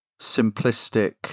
simplistic